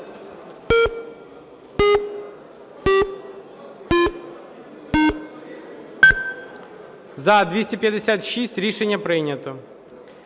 За-229 Рішення прийнято.